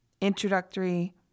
introductory